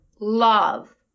love